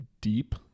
deep